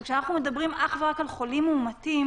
כשאנחנו מדברים אך ורק על חולים מאומתים,